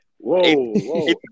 Whoa